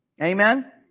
Amen